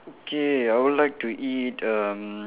okay I will like to eat um